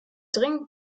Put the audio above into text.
dringend